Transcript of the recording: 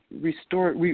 restore